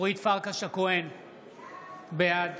בעד